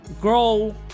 grow